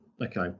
Okay